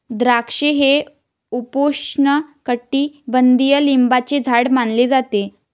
द्राक्षे हे उपोष्णकटिबंधीय लिंबाचे झाड मानले जाते